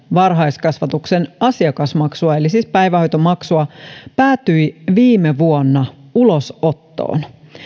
varhaiskasvatuksen asiakasmaksua eli siis päivähoitomaksua päätyi viime vuonna ulosottoon